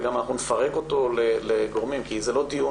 וגם נפרק אותו לגורמים כי זה לא דיון